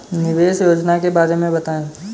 निवेश योजना के बारे में बताएँ?